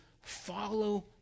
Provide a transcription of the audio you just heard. follow